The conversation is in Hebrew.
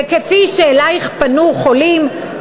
וכפי שאלייך פנו חולים,